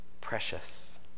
Precious